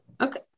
okay